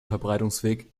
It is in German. verbreitungsweg